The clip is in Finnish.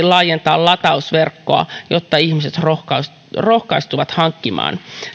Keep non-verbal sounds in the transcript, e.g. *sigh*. *unintelligible* laajentaa latausverkkoa jotta ihmiset rohkaistuvat rohkaistuvat hankkimaan